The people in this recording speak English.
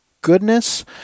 goodness